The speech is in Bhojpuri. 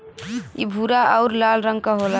इ भूरा आउर लाल रंग क होला